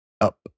up